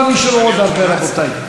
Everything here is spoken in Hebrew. לא נשארו עוד הרבה, רבותי.